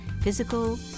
physical